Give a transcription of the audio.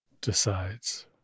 decides